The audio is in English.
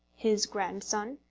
his grandson,